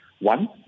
One